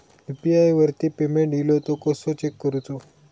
UPI वरती payment इलो तो कसो चेक करुचो?